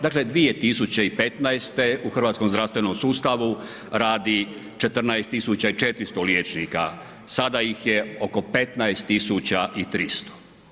Dakle, 2015. u hrvatskom zdravstvenom sustavu radi 14.400 liječnika, sada ih je oko 15.300.